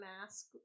mask